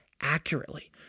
accurately